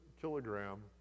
kilogram